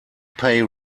pay